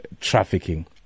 trafficking